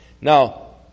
Now